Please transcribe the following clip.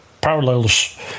Parallels